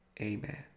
Amen